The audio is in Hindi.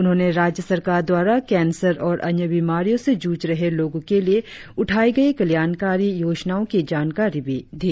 उन्होंने राज्य सरकार द्वारा केंसर और अन्य बीमारियो से जूझ रहे लोगों के लिए उठाए गए कल्याणकारी योजनाओ की जानकारी भी दी